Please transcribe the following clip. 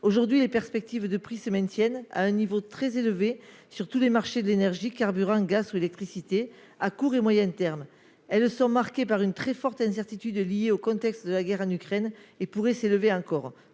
Aujourd'hui, les perspectives de prix se maintiennent à un niveau très élevé sur tous les marchés de l'énergie- carburant, gaz, électricité -à court et moyen terme. Elles sont marquées par une très forte incertitude liée au contexte de la guerre en Ukraine et pourraient s'élever encore,